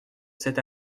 cet